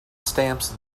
stamps